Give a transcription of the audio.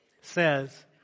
says